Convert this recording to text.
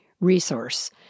resource